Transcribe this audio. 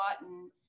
button